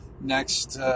next